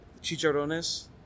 Chicharrones